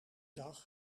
dag